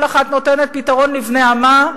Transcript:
כל אחת נותנת פתרון לבני עמה,